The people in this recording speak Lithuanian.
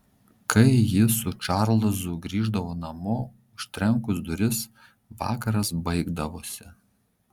kai ji su čarlzu grįždavo namo užtrenkus duris vakaras baigdavosi